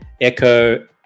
Echo